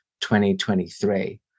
2023